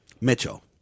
Mitchell